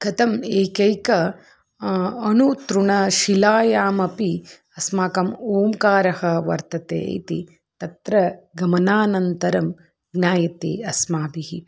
कथम् एकैकम् अनुतृणशिलायामपि अस्माकम् ओङ्कारः वर्तते इति तत्र गमनानन्तरं ज्ञायते अस्माभिः